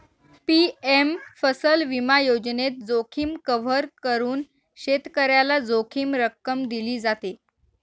PM फसल विमा योजनेत, जोखीम कव्हर करून शेतकऱ्याला जोखीम रक्कम दिली जाते